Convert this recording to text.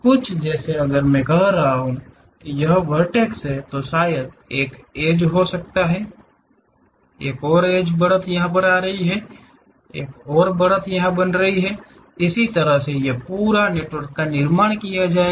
कुछ जैसे अगर मैं कह रहा हूं कि यह वर्टैक्स है तो शायद एक एड्ज हो सकता है एक और एड्ज बढ़त आ रही है एक और बढ़त यह बन रही है इस तरह एक नेटवर्क का निर्माण किया जाएगा